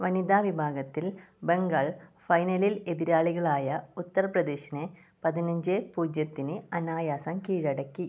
വനിതാ വിഭാഗത്തിൽ ബംഗാൾ ഫൈനലിൽ എതിരാളികളായ ഉത്തർ പ്രദേശിനെ പതിനഞ്ച് പൂജ്യത്തിന് അനായാസം കീഴടക്കി